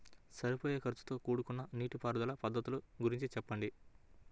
సరిపోయే ఖర్చుతో కూడుకున్న నీటిపారుదల పద్ధతుల గురించి చెప్పండి?